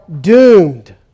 doomed